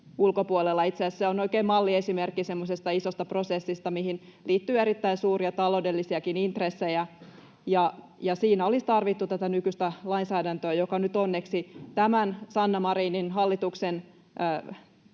ulkopuolella. Itse asiassa se on oikein malliesimerkki semmoisesta isosta prosessista, mihin liittyy erittäin suuria taloudellisiakin intressejä, ja siinä olisi tarvittu tätä nykyistä lainsäädäntöä, joka nyt onneksi tämän Sanna Marinin hallituksen